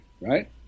Right